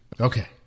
Okay